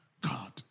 God